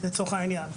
מי אחראי?